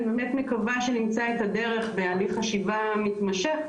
אני באמת מקווה שנמצא את הדרך בהליך חשיבה מתמשך,